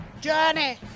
journey